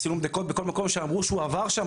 עשינו בדיקות בכל מקום שאמרו שהוא עבר שם,